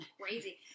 crazy